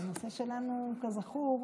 כי הנושא שלנו, כזכור,